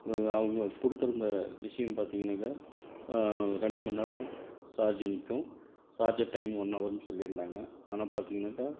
அவங்க கொடுத்துருந்த விஷயம் பார்த்திங்கனாக்கா ரெண்டு மணி நேரம் ஜார்ஜ்ஜு நிற்கும் ஜார்ஜர் டைம் ஒன் ஹவர்னு சொல்லியிருந்தாங்க ஆனால் பார்த்திங்கனாக்கா